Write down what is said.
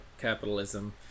capitalism